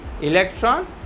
electron